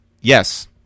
Yes